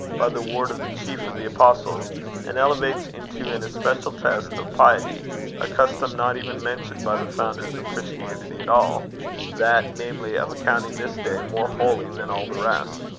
by the word of the chief of the apostles and elevates into an especial test of piety a custom not even mentioned by the founders of christianity at all that, namely, of accounting this day more holy than all the rest.